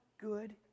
good